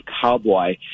cowboy